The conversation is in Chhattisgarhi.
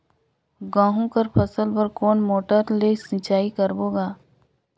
गहूं कर फसल बर कोन मोटर ले सिंचाई करबो गा?